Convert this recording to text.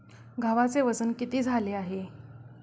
गव्हाचे वजन किती झाले आहे?